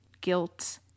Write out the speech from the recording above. guilt